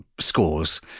scores